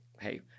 hey